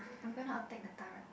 I'm gonna attack the turret